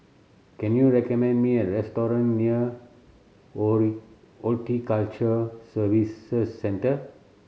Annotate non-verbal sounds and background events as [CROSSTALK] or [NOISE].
can you recommend me a restaurant near [UNINTELLIGIBLE] Horticulture Services Centre